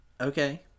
Okay